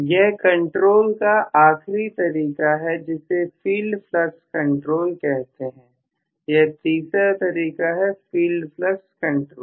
यह कंट्रोल का आखरी तरीका है जिसे फील्ड फ्लक्स कंट्रोल कहते हैं यह तीसरा तरीका है फील्ड फ्लक्स कंट्रोल